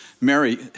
Mary